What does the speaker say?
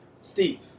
Steve